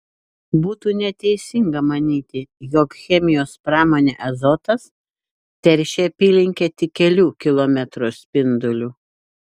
būtų neteisinga manyti jog chemijos įmonė azotas teršia apylinkę tik kelių kilometrų spinduliu